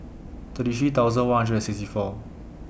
thirty three thousand one hundred and sixty four